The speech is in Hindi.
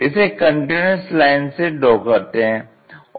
इसे कंटीन्यूअस लाइन से ड्रॉ करते हैं